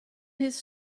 his